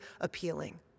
appealing